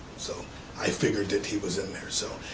so i figured that he was in there, so.